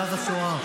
מאז השואה.